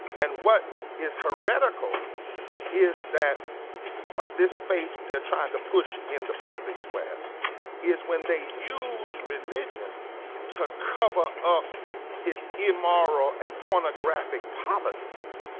and what is heretical is that of this faith, they're trying to push in the public square is when they use religion to cover up his immoral and pornographic policies.